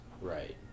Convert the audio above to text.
Right